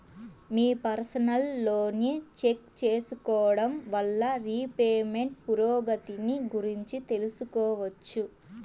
మీ personal లోన్ని check చేసుకోడం వల్ల రీపేమెంట్ పురోగతిని గురించి తెలుసుకోవచ్చు